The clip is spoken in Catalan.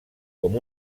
com